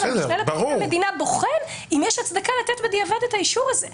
והמשנה לפרקליט המדינה בוחר אם יש הצדקה לתת את האישור הזה בדיעבד.